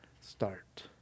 start